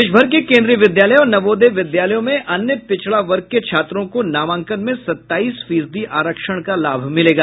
देश भर के केन्द्रीय विद्यालय और नवोदय विद्यालयों में अन्य पिछड़ा वर्ग के छात्रों को नामांकन में सताईस फीसदी आरक्षण का लाभ मिलेगा